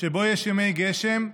שבו יש ימי גשם,